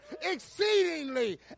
exceedingly